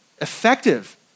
effective